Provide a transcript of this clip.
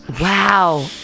Wow